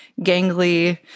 gangly